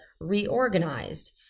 reorganized